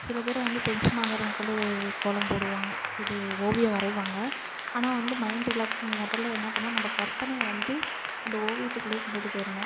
சிலபேர் வந்து டென்ஷன் ஆகுகிறவங்க கூடம் கோலம் போடுவாங்க இது ஓவியம் வரையுவாங்க ஆனால் வந்து மைண்ட் ரிலாக்ஸுக்கு முதல்ல என்னா பண்ணும் நம்ப கற்பனையை வந்து அந்த ஓவியத்துக்குள்ளேயே கொண்டுகிட்டு போயிரணும்